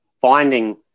finding